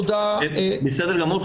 בסדר גמור,